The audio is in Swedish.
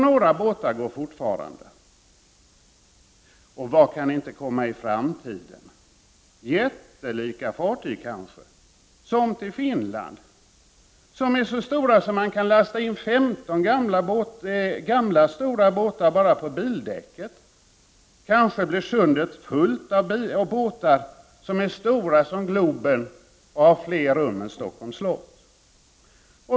Några fartyg går fortfarande. — Vad kan inte komma i framtiden? Jättelika fartyg, kanske, som till Finland, fartyg som är så stora att man kan lasta in 15 gamla stora båtar bara på bildäcket. Kanske blir sundet fullt av båtar som är stora som Globen och har fler rum än Stockholms slott.